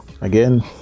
again